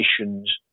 nations